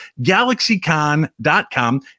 galaxycon.com